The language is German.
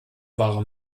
wahre